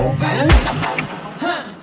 Open